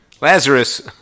Lazarus